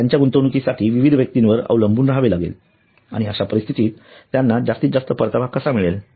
त्यांच्या गुंतवणुकीसाठी विविध व्यक्तींवर अवलंबून राहावे लागेल आणि अश्या परिस्थितीत त्यांना जास्तीत जास्त परतावा कसा मिळेल